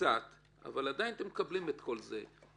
באמצעות החוק הזה ובאמצעות כל מיני חוקים,